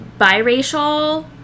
biracial